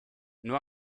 nur